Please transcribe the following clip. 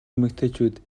эмэгтэйчүүд